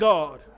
God